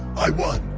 i won.